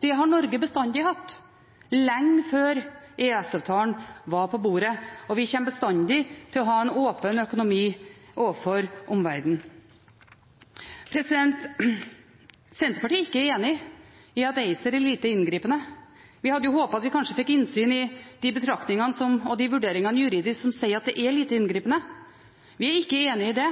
Det har Norge bestandig hatt, lenge før EØS-avtalen var på bordet. Vi kommer bestandig til å ha en åpen økonomi overfor omverdenen. Senterpartiet er ikke enig i at ACER er lite inngripende. Vi hadde håpet at vi kanskje fikk innsyn i de betraktningene og de juridiske vurderingene som sier at det er lite inngripende. Vi er altså ikke enig i det.